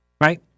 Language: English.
right